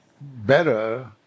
better